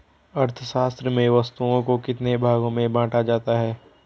अर्थशास्त्र में वस्तुओं को कितने भागों में बांटा जाता है?